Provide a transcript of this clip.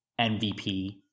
MVP